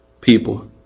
people